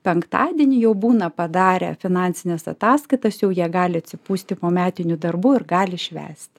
penktadienį jau būna padarę finansines ataskaitas jau jie gali atsipūsti po metinių darbų ir gali švęst